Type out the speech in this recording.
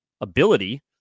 ability